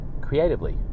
creatively